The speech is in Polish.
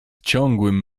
ciągłym